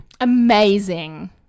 amazing